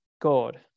God